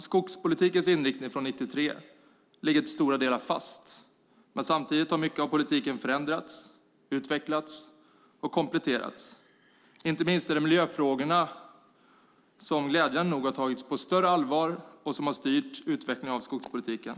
Skogspolitikens inriktning från 1993 ligger till stora delar fast, men samtidigt har mycket av politiken förändrats, utvecklats och kompletterats. Inte minst är det miljöfrågorna som glädjande nog har tagits på större allvar och styrt utvecklingen av skogspolitiken.